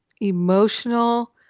emotional